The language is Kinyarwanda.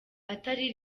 atari